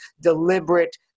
deliberate